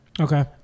Okay